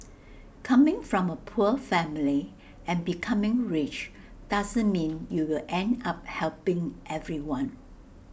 coming from A poor family and becoming rich doesn't mean you will end up helping everyone